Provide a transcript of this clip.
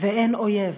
ואין אויב.